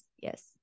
yes